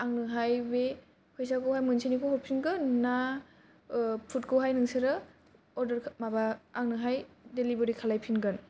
आंनो हाय बे फैसाखौ मोनसेनिखौ हरफिनगोन ना फुदखौ हाय नोंसोरो अर्दार माबा आंनोहाय डिलिभारि खालायफिनगोन